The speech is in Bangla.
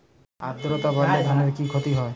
আদ্রর্তা বাড়লে ধানের কি ক্ষতি হয়?